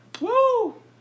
Woo